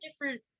different